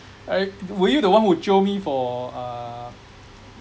I were you the one who jio me for uh